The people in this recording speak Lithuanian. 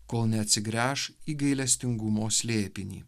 kol neatsigręš į gailestingumo slėpinį